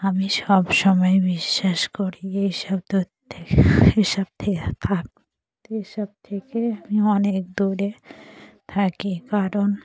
আমি সব সময় বিশ্বাস করি এইসব দর থেকে এসব থেকে থাক এসব থেকে আমি অনেক দূরে থাকি কারণ